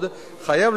רבותי חברי הכנסת,